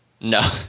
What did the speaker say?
No